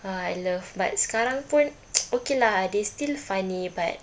ah I love but sekarang pun okay lah they still funny but